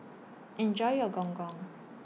Enjoy your Gong Gong